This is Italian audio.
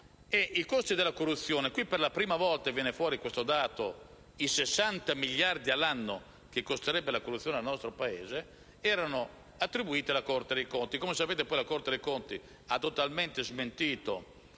ai costi della corruzione, per la prima volta emergeva il dato di 60 miliardi di euro all'anno che costerebbe la corruzione al nostro Paese, dato attribuito alla Corte dei conti. Come sapete, la Corte dei conti ha totalmente smentito